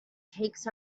takes